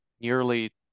nearly